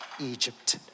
Egypt